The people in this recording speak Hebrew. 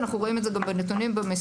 אנחנו רואים את זה גם בנתונים ובמספרים.